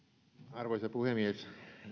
arvoisa puhemies